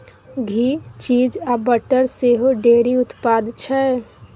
घी, cheese आ butter सेहो डेयरी उत्पाद छै